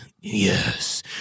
Yes